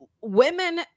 women